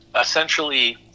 essentially